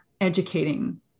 educating